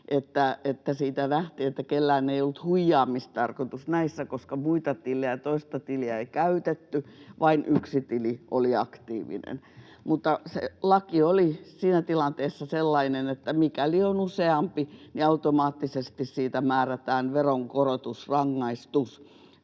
niistä nähtiin, että kellään ei ollut huijaamistarkoitus näissä, koska muita tilejä tai toista tiliä ei käytetty, vain yksi tili oli aktiivinen. Mutta se laki oli siinä tilanteessa sellainen, että mikäli on useampi, niin automaattisesti siitä määrätään veronkorotusrangaistus